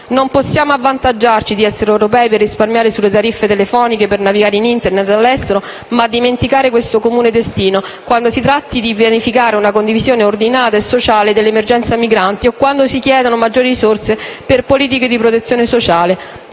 Non possiamo avvantaggiarci di essere europei per risparmiare sulle tariffe telefoniche per navigare in Internet dall'estero, ma dimenticare questo comune destino quando si tratti di pianificare una condivisione ordinata e sociale dell'emergenza migranti o quando si chiedano maggiori risorse per politiche di protezione sociale.